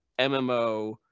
MMO